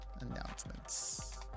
Announcements